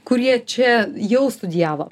kurie čia jau studijavo